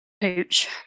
pooch